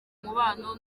mubano